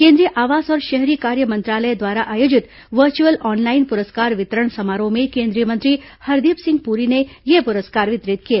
केंद्रीय आवास और शहरी कार्य मंत्रालय द्वारा आयोजित वर्चुअल ऑनलाइन पुरस्कार वितरण समारोह में केंद्रीय मंत्री हरदीप सिंह पुरी ने ये पुरस्कार वितरित किए